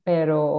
Pero